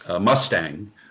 mustang